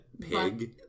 pig